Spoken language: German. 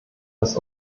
das